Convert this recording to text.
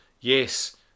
Yes